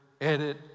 edit